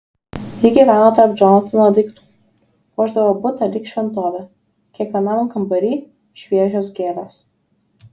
ji gyveno tarp džonatano daiktų puošdavo butą lyg šventovę kiekvienam kambary šviežios gėlės